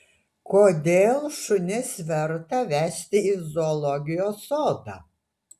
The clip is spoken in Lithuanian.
kodėl šunis verta vesti į zoologijos sodą